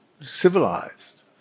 civilized